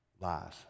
lies